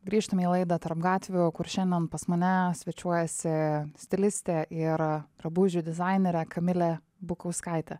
grįžtame į laidą tarp gatvių kur šiandien pas mane svečiuojasi stilistė ir drabužių dizainerė kamilė bukauskaitė